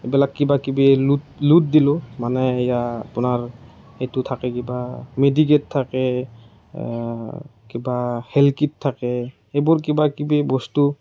এইবিলাক কিবা কিবি লুত দিলোঁ মানে এয়া আপোনাৰ এইটো থাকে কিবা মেডিকেট থাকে কিবা হেলথ কিট থাকে সেইবোৰ কিবা কিবি বস্তু